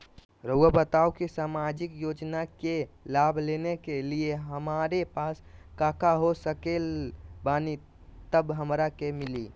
रहुआ बताएं कि सामाजिक योजना के लाभ लेने के लिए हमारे पास काका हो सकल बानी तब हमरा के मिली?